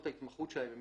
זאת ההתמחות שלהם,